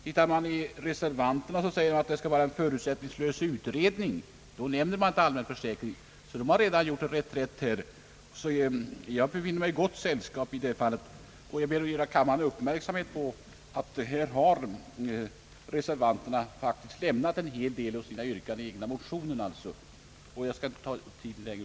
Tit tar man i reservationen står där, att det skall vara en förutsättningslös utredning. Då nämner man inte den allmänna försäkringen. De har redan gjort en reträtt här, så jag befinner mig i gott sällskap i det fallet. Jag vill alltså fästa kammarens uppmärksamhet på att reservanterna faktiskt har gått ifrån en hel del av sina yrkanden i sin egen motion, och jag skall med det konstaterandet inte ta upp tiden längre.